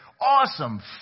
awesome